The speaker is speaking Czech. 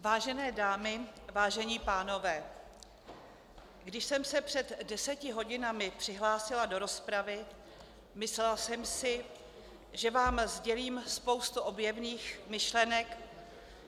Vážené dámy, vážení pánové, když jsem se před deseti hodinami přihlásila do rozpravy, myslela jsem si, že vám sdělím spoustu objevných myšlenek,